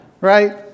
right